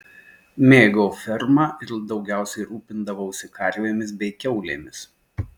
mėgau fermą ir daugiausiai rūpindavausi karvėmis bei kiaulėmis